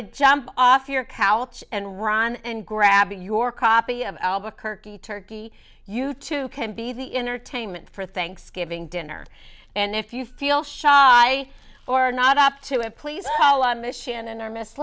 to jump off your couch and run and grab your copy of albuquerque turkey you two can be the entertainment for thanksgiving dinner and if you feel shy or not up to it please call on mission and are mis